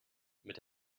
mit